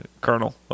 Colonel